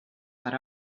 per